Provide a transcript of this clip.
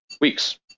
weeks